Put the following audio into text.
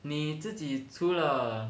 你自己除了